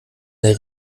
der